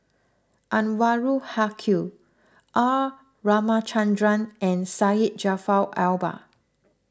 Anwarul Haque R Ramachandran and Syed Jaafar Albar